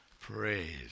Praise